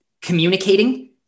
communicating